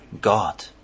God